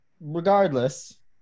regardless